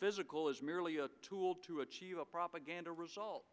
physical is merely a tool to achieve a propaganda result